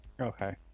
okay